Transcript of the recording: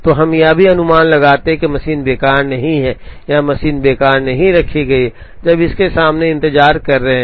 तो हम यह भी अनुमान लगाते हैं कि मशीन बेकार नहीं है या मशीन बेकार नहीं रखी गई है जब इसके सामने इंतजार कर रहे हैं